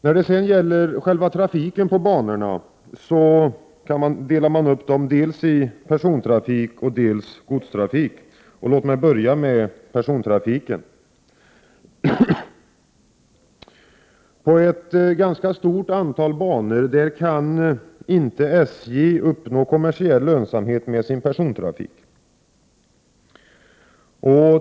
När det sedan gäller själva trafiken på banorna delas den upp dels i persontrafik, dels godstrafik. Låt mig börja med persontrafiken. På ett ganska stort antal banor kan inte SJ uppnå kommersiell lönsamhet med sin persontrafik.